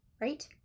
Right